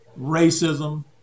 racism